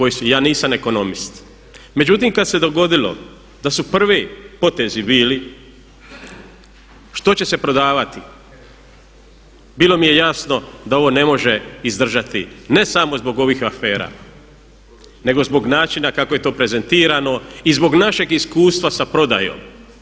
Ja nisam ekonomist, međutim, kad se dogodilo da su prvi potezi bili što će se prodavati, bilo mi je jasno da ovo ne može izdržati ne samo zbog ovih afera nego zbog načina kako je to prezentirano i zbog našeg iskustva sa prodajom.